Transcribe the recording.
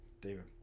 David